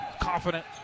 confident